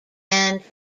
band